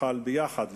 שנוכל לפעול ביחד,